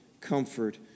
comfort